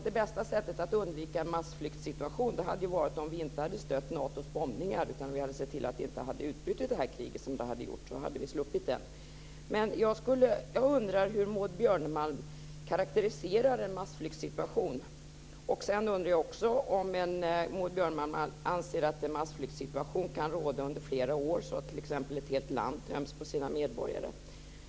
Det bästa sättet att undvika en massflyktssituation hade varit om vi inte stött Natos bombningar utan sett till att kriget inte utbrutit. Då hade vi sluppit det. Jag undrar hur Maud Björnemalm karakteriserar en massflyktssituation. Jag undrar också om Maud Björnemalm anser att en massflyktssituation kan råda under flera år så att t.ex. ett helt land töms på sina medborgare.